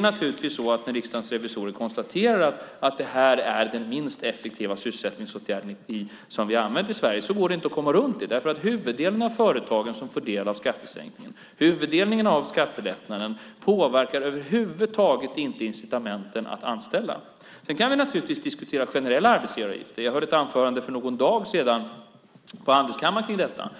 När riksdagens revisorer konstaterar att detta är den minst effektiva sysselsättningsåtgärden som vi har använt i Sverige går det inte att komma runt det. För huvuddelen av de företag som får del av skattesänkningen, alltså huvuddelen av skattelättnaden, påverkar över huvud taget inte incitamenten att anställa. Sedan kan vi naturligtvis diskutera generella arbetsgivaravgifter. Jag hörde för någon dag sedan ett anförande på Handelskammaren om detta.